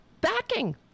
backing